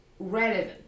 relevant